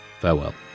farewell